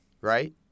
right